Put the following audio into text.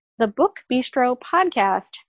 thebookbistropodcast